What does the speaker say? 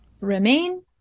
remain